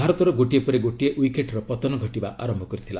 ଭାରତର ଗୋଟିଏ ପରେ ଗୋଟିଏ ୱିକେଟ୍ର ପତନ ଘଟିବା ଆରମ୍ଭ କରିଥିଲା